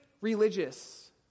religious